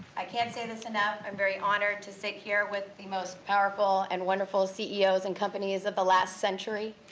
i can't say this enough, i'm very honored to sit here with the most powerful and wonderful ceo's and companies of the last century,